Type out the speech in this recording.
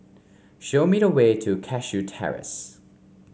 show me the way to Cashew Terrace